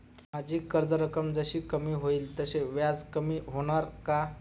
माझी कर्ज रक्कम जशी कमी होईल तसे व्याज कमी होणार का?